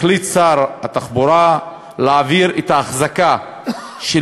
החליט שר התחבורה להעביר את ההחזקה של